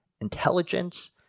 intelligence